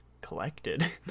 Collected